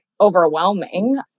overwhelming